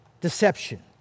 deception